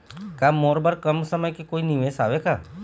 का मोर बर कम समय के कोई निवेश हावे का?